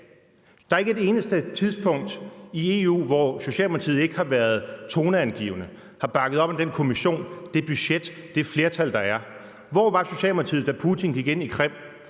Der er ikke et eneste tidspunkt i EU, hvor Socialdemokratiet ikke har været toneangivende og har bakket op om den Kommission, det budget, det flertal, der er. Hvor var Socialdemokratiet, da Putin gik ind i Krim?